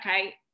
okay